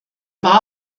war